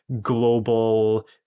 global